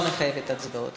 לא מחייבת הצבעות.